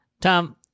Tom